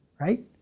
Right